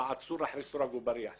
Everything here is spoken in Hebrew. העצור אחרי סורג ובריח סופית.